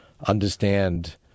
understand